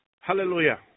Hallelujah